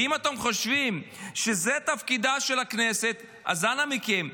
ואם אתם חושבים שזה תפקידה של הכנסת, אז אנא מכם,